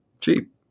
cheap